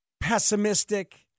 pessimistic